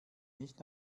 nicht